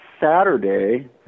Saturday